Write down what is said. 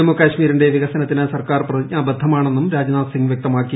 ജമ്മു കശ്മീരിന്റെ വികസനത്തിന് സർക്കാർ പ്രതിജ്ഞാബദ്ധമാ ണെന്നും രാജ്നാഥ് സിംഗ് വൃക്തമാക്കി